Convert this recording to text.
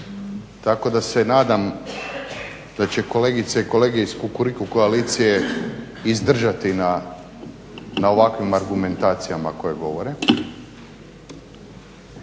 Tako da se nadam da će kolegice i kolege iz kukuriku koalicije izdržati na ovakvim argumentacijama koje govore.